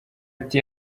ati